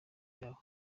yabo